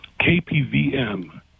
KPVM